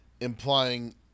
implying